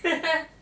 （ppl)